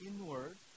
inward